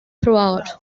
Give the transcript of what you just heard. throughout